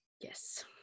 Yes